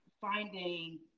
finding